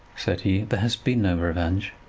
said he, there has been no revenge.